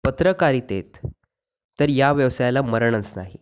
पत्रकारितेत तर या व्यवसायाला मरणच नाही